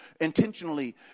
intentionally